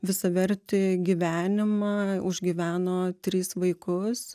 visavertį gyvenimą užgyveno tris vaikus